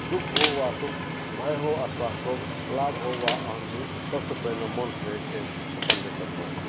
दुःख हो वा सुख भय हो अथवा शोग लाभ हो अथवा हानि सबसँ पहिने मोन पड़ै छथि अपन देशके लोक